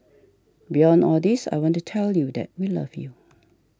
beyond all this I want to tell you that we love you